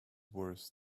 worse